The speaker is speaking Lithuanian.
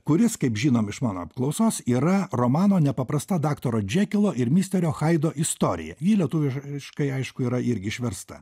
kuris kaip žinom iš mano apklausos yra romano nepaprasta daktaro džekilo ir misterio haido istorija ji lietuviškai aišku yra irgi išversta